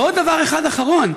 ועוד דבר אחד אחרון.